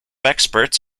experts